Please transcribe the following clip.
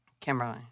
Kimberly